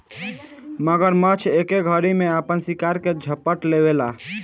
मगरमच्छ एके घरी में आपन शिकार के झपट लेवेला